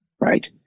Right